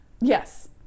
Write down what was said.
Yes